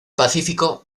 pacífico